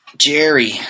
Jerry